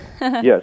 Yes